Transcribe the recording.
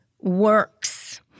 works